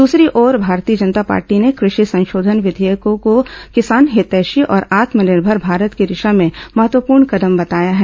दूसरी ओर भारतीय जनता पार्टी ने कृषि संशोधन विघेयकों को किसान हितैषी और आत्मनिर्भर भारत की दिशा में महत्वपूर्ण कदम बताया है